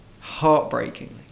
heartbreakingly